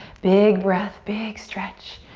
big breath, big stretch.